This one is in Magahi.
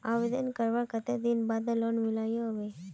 आवेदन करवार कते दिन बाद लोन मिलोहो होबे?